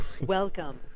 Welcome